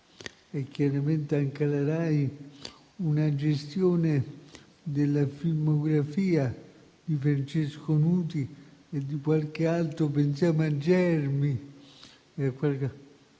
e chiaramente anche alla RAI una gestione della filmografia di Francesco Nuti e di qualche altro (pensiamo a Germi).